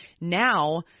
Now